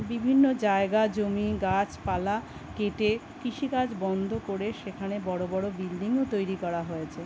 বিভিন্ন জায়গা জমি গাছপালা কেটে কৃষিকাজ বন্ধ করে সেখানে বড়ো বড়ো বিল্ডিংও তৈরি করা হয়েছে